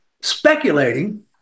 speculating